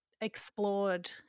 Explored